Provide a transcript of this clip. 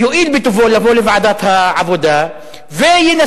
יואיל בטובו לבוא לוועדת העבודה וינסה